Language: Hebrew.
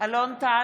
(קוראת בשמות חברי הכנסת) אלון טל,